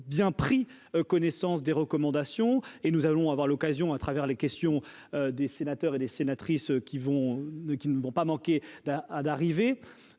bien pris connaissance des recommandations et nous allons avoir l'occasion à travers les questions des sénateurs et les sénatrices qui vont, qui ne vont pas manquer d'ah d'arriver